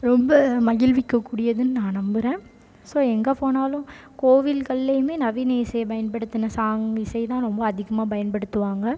ரொம்ப மகிழ்விக்கக் கூடியதுன்னு நான் நம்புகிறேன் ஸோ எங்கே போனாலும் கோவில்கள்லேயுமே நவீன இசையை பயன்படுத்தின சாங் இசை தான் ரொம்ப அதிகமாக பயன்படுத்துவாங்க